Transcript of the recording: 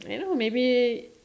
you know maybe